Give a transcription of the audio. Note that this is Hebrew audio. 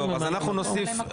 אז אנחנו נוסיף,